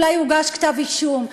אולי יוגש כתב אישום,